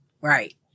Right